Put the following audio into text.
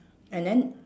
and then